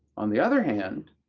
on the other hand,